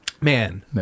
Man